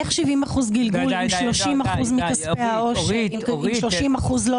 איך 70% גלגול אם 30% מכספי העו"ש לא,